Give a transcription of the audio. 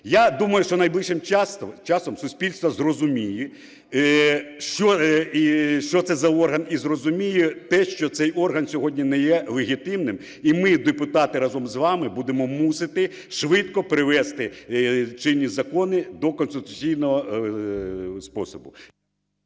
Я думаю, що найближчим часом суспільство зрозуміє, що це за орган, і зрозуміє те, що цей орган сьогодні не є легітимним, і ми, депутати, разом з вами будемо мусити швидко привести чинні закони до конституційного способу.